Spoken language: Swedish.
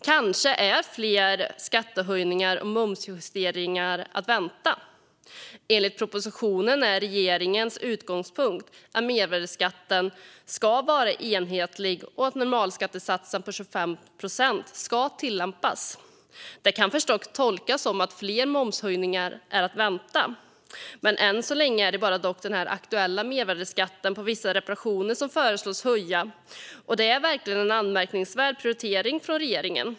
Kanske är fler skattehöjningar och momsjusteringar att vänta. Enligt propositionen är regeringens utgångspunkt att mervärdesskatten ska vara enhetlig och att normalskattesatsen på 25 procent ska tillämpas. Detta kan förstås tolkas som att fler momshöjningar är att vänta, men än så länge är det bara den aktuella mervärdesskatten på vissa reparationer som föreslås höjas. Det är verkligen en anmärkningsvärd prioritering från regeringen.